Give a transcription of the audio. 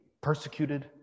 persecuted